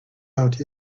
out